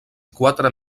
quatre